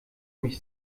mich